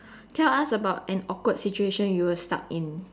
can I ask about an awkward situation you were stuck in